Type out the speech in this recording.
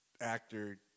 actor